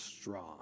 strong